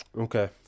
Okay